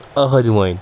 أحدۍ وٲنۍ